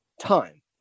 time